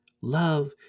Love